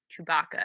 Chewbacca